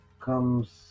comes